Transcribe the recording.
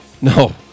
No